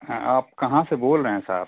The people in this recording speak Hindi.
है आप कहाँ से बोल रहे हैं साहब